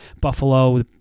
Buffalo